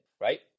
right